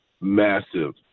massive